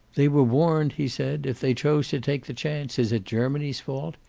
they were warned, he said. if they chose to take the chance, is it germany's fault?